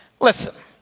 Listen